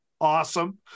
awesome